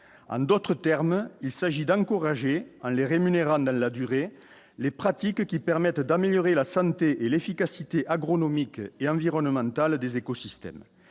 en d'autres termes, il s'agit d'encourager en les rémunérant dans la durée les pratiques qui permettent d'améliorer la santé et l'efficacité agronomique et environnemental des écosystèmes,